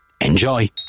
Enjoy